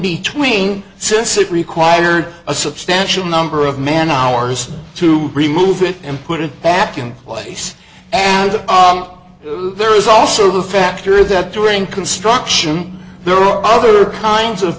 between since it required a substantial number of man hours to remove it and put it back in place and there is also the factor that during construction there are other kinds of